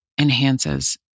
enhances